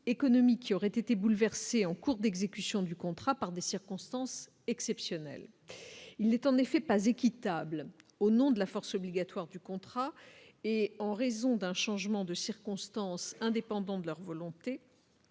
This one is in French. partis qui aurait été bouleversé, en cours d'exécution du contrat par des circonstances exceptionnelles, il n'est en effet pas équitable au nom de la force obligatoire du contrat et en raison d'un changement de circonstances indépendantes de leur volonté